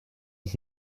und